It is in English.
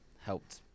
helped